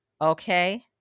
Okay